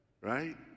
right